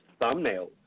thumbnails